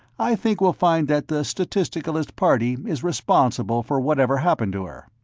i think we'll find that the statisticalist party is responsible for whatever happened to her.